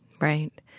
Right